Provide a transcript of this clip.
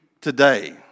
today